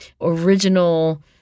original